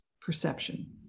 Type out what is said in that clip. perception